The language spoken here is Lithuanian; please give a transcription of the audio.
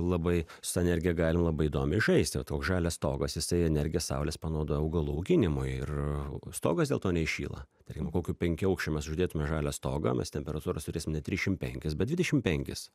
labai su ta energija galim labai įdomiai žaisti va toks žalias stogas jisai energiją saulės panaudoja augalų auginimui ir stogas dėl to neįšyla tarkim kokių penkiaaukščiam mes uždėtume žalią stogą mes temperatūros turėsim ne trišim penkis bet dvidešim penkis